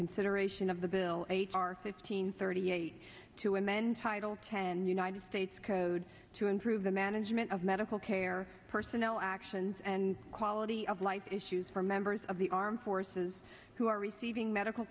consideration of the bill h r fifteen thirty eight two i'm entitled ten united states code to improve the management of medical care personnel actions and quality of life issues for members of the armed forces who are receiving me